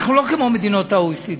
אנחנו לא כמו מדינות ה-OECD,